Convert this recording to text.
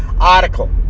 article